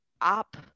up